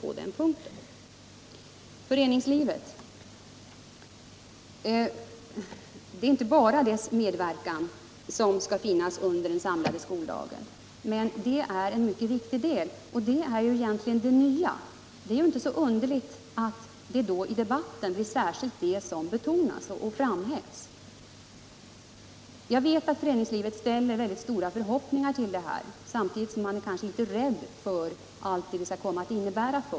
Det är inte bara föreningslivets medverkan som skall finnas med under den samlade skoldagen. Det är sant. Men den är en mycket viktig del, och den delen är egentligen det nya. Det är då inte så underligt om just detta betonas och framhävs i debatten. Jag vet att man inom föreningslivet knyter stora förhoppningar till SIA-reformen samtidigt som man kanske är litet rädd för allt vad det kan komma att innebära.